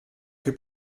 che